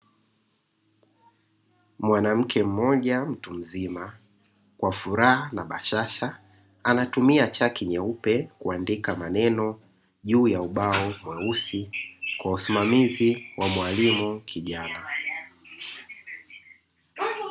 Mwanamke mmoja mtumzima kwa furaha na bashasha anatumia chaki nyeupe kuandika maneno juu ya ubao mweusi kwa usimamizi wa mwalimu kijana.